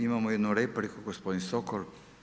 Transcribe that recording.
Imamo jednu repliku, gospodin Sokol.